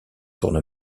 tourne